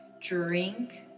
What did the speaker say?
drink